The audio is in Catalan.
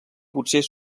potser